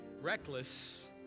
reckless